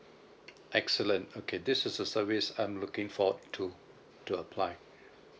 excellent okay this is the service I'm looking forward to to apply